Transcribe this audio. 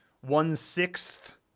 one-sixth